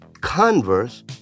Converse